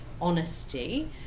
honesty